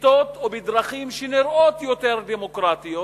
בשיטות או בדרכים שנראות יותר דמוקרטיות,